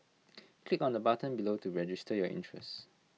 click on the button below to register your interest